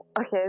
Okay